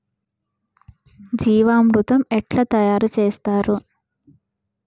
జీవామృతం ఎట్లా తయారు చేత్తరు?